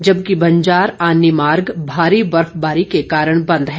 जबकि बंजार आनी मार्ग भारी बर्फबारी के कारण बंद है